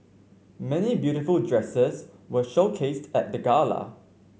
many beautiful dresses were showcased at the gala